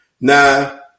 Now